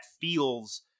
feels